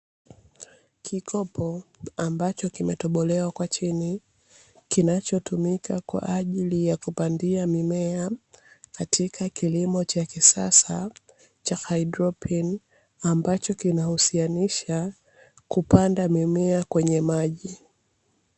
Kikopo ambacho kimetobolewa kwa chini kinachotumika kwa ajili ya kupandia mimea, katika kilimo cha kisasa cha haidroponi ambacho kinauhusianisha kupanda mimea kwenye maji.